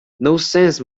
nonsense